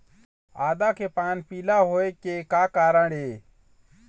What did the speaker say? आदा के पान पिला होय के का कारण ये?